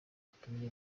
atuye